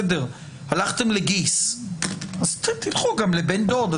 הלכתם לגיס, אז תלכו גם לבן דוד.